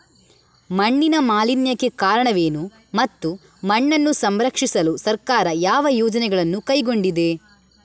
ಮಣ್ಣಿನ ಮಾಲಿನ್ಯಕ್ಕೆ ಕಾರಣವೇನು ಮತ್ತು ಮಣ್ಣನ್ನು ಸಂರಕ್ಷಿಸಲು ಸರ್ಕಾರ ಯಾವ ಯೋಜನೆಗಳನ್ನು ಕೈಗೊಂಡಿದೆ?